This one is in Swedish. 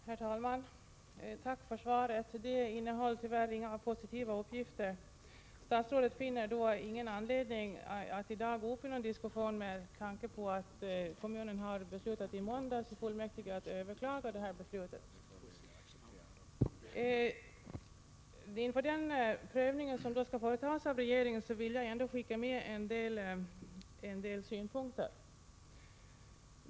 Herr talman! Tack för svaret. Det innehåller tyvärr inga positiva uppgifter. Statsrådet finner ingen anledning att i dag gå in i någon diskussion med tanke på att kommunfullmäktige i måndags beslutade att överklaga beslutet om taxehöjningar. Inför den prövning som regeringen skall företa vill jag skicka med en del synpunkter.